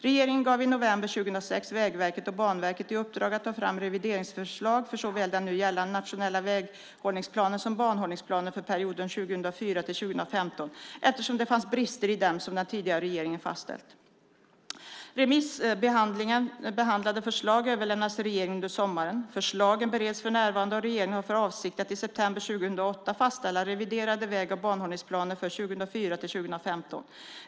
Regeringen gav i november 2006 Vägverket och Banverket i uppdrag att ta fram revideringsförslag för såväl den nu gällande nationella väghållningsplanen som banhållningsplanen för perioden 2004-2015 eftersom det fanns brister i dem som den tidigare regeringen fastställt. Remissbehandlade förslag överlämnades till regeringen under sommaren. Förslagen bereds för närvarande och regeringen har för avsikt att i september 2008 fastställa reviderade väg och banhållningsplaner för 2004-2015.